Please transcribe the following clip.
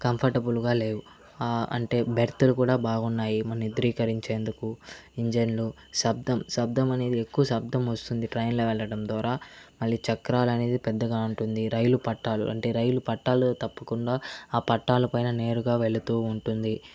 comfortable గా లేవు అంటే బెర్తులు కూడా బాగున్నాయి మనం నిద్రింకరించేందుకు ఇంజన్లు శబ్దం శబ్దం అనేది ఎక్కువ శబ్దం వస్తుంది ట్రైన్ లో వెళ్ళడం ద్వారా మళ్ళీ చక్రాలు అనేది పెద్దగా ఉంటుంది రైలు పట్టాలు అంటే రైలు పట్టాలు తప్పకుండా ఆ పట్టాల పైన నేరుగా వెళుతూ ఉంటుంది